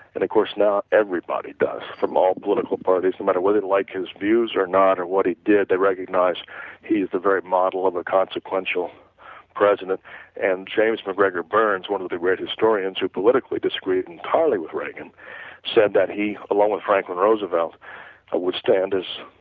and of course now everybody does from all political parties no matter whether you like his views or not or what he did, they recognize he is a very model of a consequential president and james macgregor burns one of the great historians who politically disagreed entirely reagan said that he along with franklin roosevelt would stand as